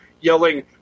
yelling